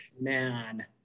man